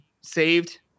saved